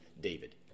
David